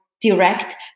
direct